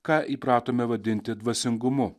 ką įpratome vadinti dvasingumu